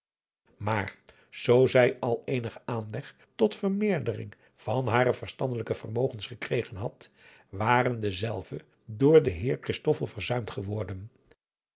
maar zoo zij al eenigen aanleg tot vermeerdering van hare verstandelijke vermogens gekregen had waren dezelve door den heer christoffel verzuimd geworden